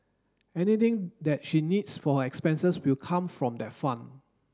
anything that she needs for her expenses will come from that fund